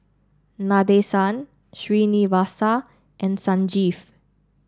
Nadesan Srinivasa and Sanjeev